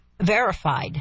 verified